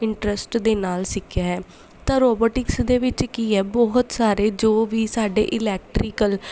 interest ਦੇ ਨਾਲ ਸਿੱਖਿਆ ਹੈ ਤਾਂ ਰੋਬੋਟਿਕਸ ਦੇ ਵਿੱਚ ਕੀ ਹੈ ਬਹੁਤ ਸਾਰੇ ਜੋ ਵੀ ਸਾਡੇ ਇਲੈਕਟਰੀਕਲ